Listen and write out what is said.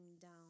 down